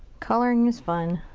coloring is fun.